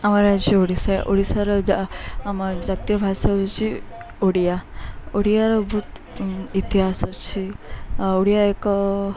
ଆମର ରାଜ୍ୟ ଓଡ଼ିଶା ଓଡ଼ିଶା ଆମ ଜାତୀୟ ଭାଷା ହଉଛି ଓଡ଼ିଆ ଓଡ଼ିଆର ବହୁତ ଇତିହାସ ଅଛି ଆ ଓଡ଼ିଆ ଏକ